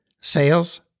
Sales